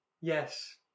Yes